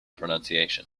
pronunciation